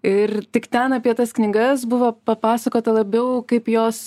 ir tik ten apie tas knygas buvo papasakota labiau kaip jos